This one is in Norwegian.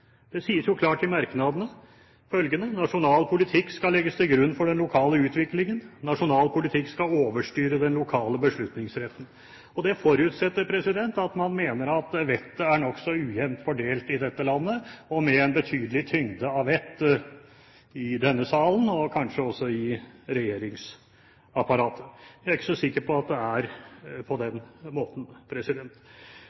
Det sies klart i merknadene at nasjonal politikk skal legges til grunn for den lokale utviklingen, og at nasjonal politikk skal overstyre den lokale beslutningsretten. Dette forutsetter at man mener at vettet er nokså ujevnt fordelt i dette landet, med en betydelig tyngde av vett i denne salen – og kanskje også i regjeringsapparatet. Jeg er ikke så sikker på at det er slik. Det er helt tydelig at man ønsker å overstyre lokale plasseringsønsker, på